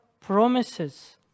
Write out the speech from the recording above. promises